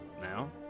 now